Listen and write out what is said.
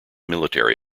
military